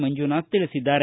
ಮಂಜುನಾಥ್ ತಿಳಿಸಿದ್ದಾರೆ